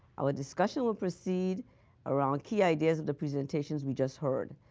our discussion will proceed around key ideas of the presentations we just heard.